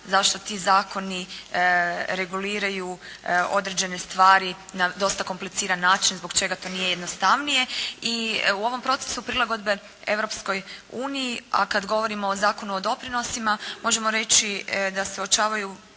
zašto ti zakoni reguliraju određene stvari na dosta kompliciran način, zbog čega to nije jednostavnije i u ovom procesu prilagodbe Europskoj uniji, a kada govorimo o Zakonu o doprinosima možemo reći da se uočavaju